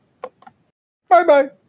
Bye-bye